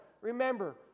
Remember